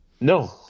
No